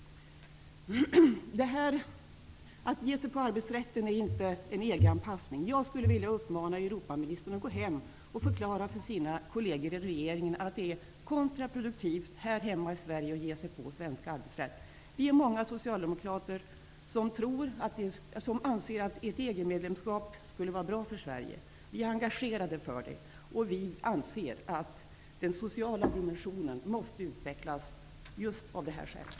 Att ge sig på arbetsrätten är inte någon EG anpassning. Jag skulle vilja uppmana Europaministern att gå hem och förklara för sina kolleger i regeringen att det är kontraproduktivt här hemma i Sverige att ge sig på svensk arbetsrätt. Vi är många socialdemokrater som anser att ett EG-medlemskap skulle vara bra för Sverige. Vi är engagerade för det. Vi anser att den sociala dimensionen måste utvecklas just av det skälet.